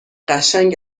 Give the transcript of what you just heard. قشنگ